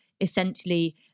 essentially